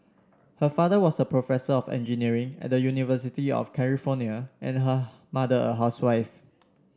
her father was a professor of engineering at the University of California and her mother a housewife